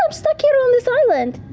um stuck here on this island.